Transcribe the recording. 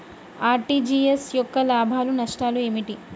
RTGS యొక్క లాభాలు నష్టాలు ఏమిటి?